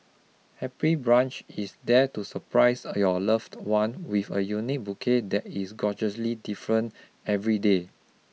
Happy Bunch is there to surprise your loved one with a unique bouquet that is gorgeously different every day